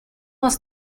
was